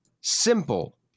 simple